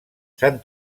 s’han